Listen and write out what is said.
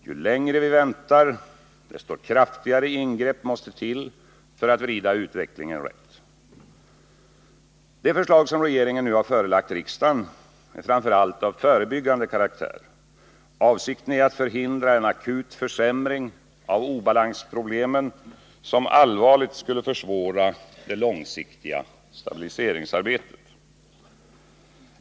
Ju längre vi väntar, desto kraftigare ingrepp måste till för att vrida utvecklingen rätt. Det förslag regeringen nu förelagt riksdagen är framför allt av förebyggande karaktär. Avsikten är att förhindra en akut försämring av obalansproblemen som allvarligt skulle försvåra det långsiktiga stabiliseringsarbetet.